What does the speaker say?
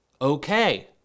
Okay